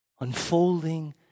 Unfolding